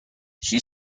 she